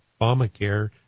Obamacare